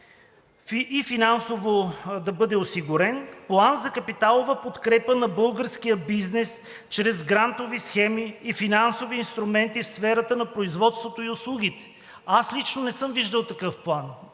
и финансово да бъде осигурен План за капиталова подкрепа на българския бизнес чрез грантови схеми и финансови инструменти в сферата на производството и услугите. Аз лично не съм виждал такъв план